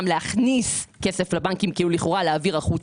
להכניס כסף לבנקים - כלומר לכאורה להעביר החוצה,